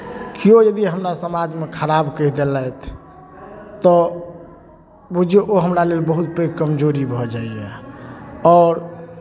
किओ यदि हमरा समाजमे खराब कहि देलथि तऽ बुझियौ ओ हमरा लेल बहुत पैघ कमजोरी भऽ जाइए आओर